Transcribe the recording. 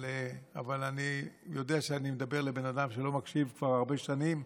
אבל אני יודע שאני מדבר לבן אדם שלא מקשיב כבר הרבה שנים.